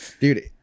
Dude